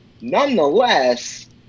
nonetheless